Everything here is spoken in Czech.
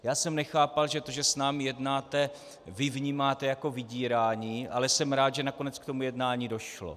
Já jsem nechápal, že to, že s námi jednáte, vy vnímáte jako vydírání, ale jsem rád, že nakonec k tomu jednání došlo.